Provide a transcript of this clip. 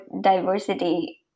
diversity